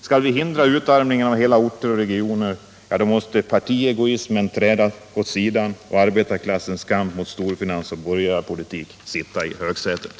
Skall vi hindra utarmningen av hela orter och regioner — ja, då måste partiegoismen träda åt sidan och arbetarklassens kamp mot storfinans och borgarpolitik sitta i högsätet.